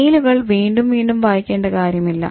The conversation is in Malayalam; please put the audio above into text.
മെയിലുകൾ വീണ്ടും വീണ്ടും വായിക്കേണ്ട കാര്യമില്ല